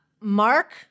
Mark